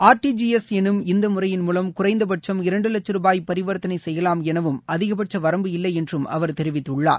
R T G S எனும் இந்த முறையின் மூலம் குறைந்தபட்சம் இரண்டு வட்சம் ருபாய் வரிவர்த்தனை செய்யலாம் எனவும் அதிகபட்ச வரம்பு இல்லை என்றும் அவர் தெரிவித்துள்ளார்